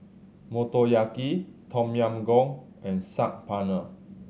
Motoyaki Tom Yam Goong and Saag Paneer